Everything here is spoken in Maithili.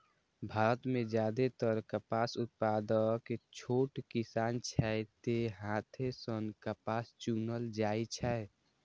भारत मे जादेतर कपास उत्पादक छोट किसान छै, तें हाथे सं कपास चुनल जाइ छै